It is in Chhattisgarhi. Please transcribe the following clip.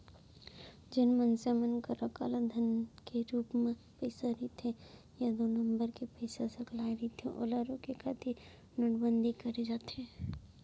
जेन मनसे मन करा कालाधन के रुप म पइसा रहिथे या दू नंबर के पइसा सकलाय रहिथे ओला रोके खातिर नोटबंदी करे जाथे